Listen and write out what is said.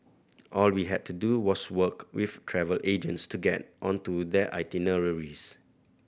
all we had to do was work with travel agents to get onto their itineraries